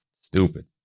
stupid